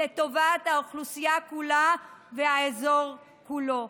לטובת האוכלוסייה כולה והאזור כולו.